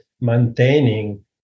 maintaining